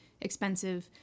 expensive